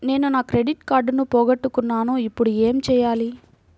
నేను నా క్రెడిట్ కార్డును పోగొట్టుకున్నాను ఇపుడు ఏం చేయాలి?